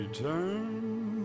Return